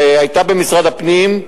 שהיתה במשרד הפנים,